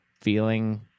feeling